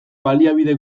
baliabide